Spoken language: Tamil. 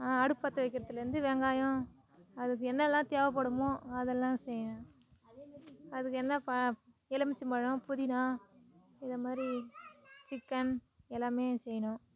அடுப்பு பற்ற வைக்குறதுலந்து வெங்காயம் அதுக்கு என்னலாம் தேவைபடுமோ அதெல்லாம் செய்யணும் அதுக்கு என்ன ப எலுமிச்சம்பழம் புதினா இதமாதிரி சிக்கன் எல்லாமே செய்யணும்